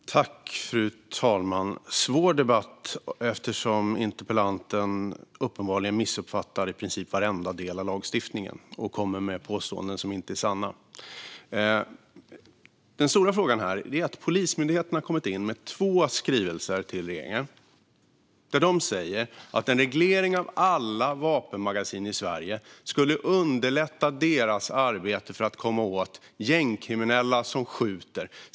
Fru talman! Det här är en svår debatt eftersom interpellanten uppenbarligen missuppfattar i princip varenda del av lagstiftningen och kommer med påståenden som inte är sanna. Polismyndigheten har kommit in med två skrivelser till regeringen där man säger att en reglering av alla vapenmagasin i Sverige skulle underlätta deras arbete med att komma åt gängkriminella som skjuter.